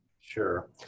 Sure